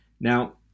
now